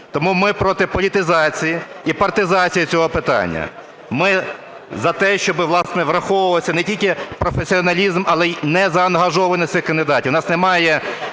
Тому ми проти політизації і партизації цього питання. Ми за те, щоб, власне, враховувався не тільки професіоналізм, але і незаангажованість цих кандидатів.